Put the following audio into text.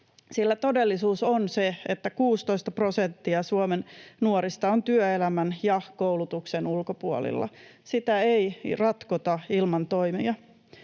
todellisuus on se, että 16 prosenttia Suomen nuorista on työelämän ja koulutuksen ulkopuolella. Sitä ei ratkota ilman toimia.